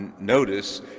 notice